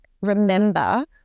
remember